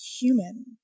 human